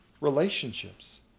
Relationships